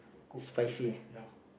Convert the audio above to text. cook fish meh you know